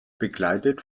begleitet